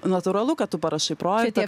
natūralu kad tu parašai projektą